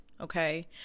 okay